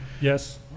Yes